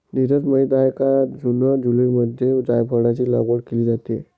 नीरज माहित आहे का जून जुलैमध्ये जायफळाची लागवड केली जाते